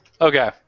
Okay